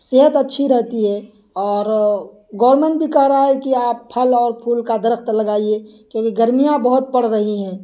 صحت اچھی رہتی ہے اور گورنمنٹ بھی کہہ رہا ہے کہ آپ پھل اور پھول کا درخت لگائیے کیوں کہ گرمیاں بہت پڑ رہی ہیں